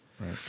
Right